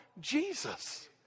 Jesus